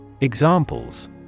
Examples